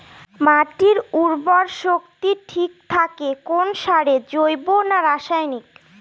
মাটির উর্বর শক্তি ঠিক থাকে কোন সারে জৈব না রাসায়নিক?